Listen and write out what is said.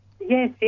Yes